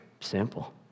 simple